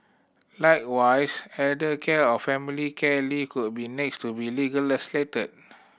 likewise elder care or family care leave could be next to be legislated